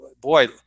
boy